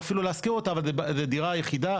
או אפילו להשכיר אותה אבל זה דירה יחידה,